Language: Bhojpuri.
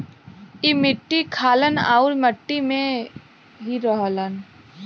ई मट्टी खालन आउर मट्टी में ही रहलन